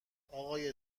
آقای